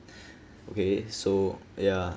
okay so ya